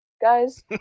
guys